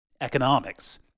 economics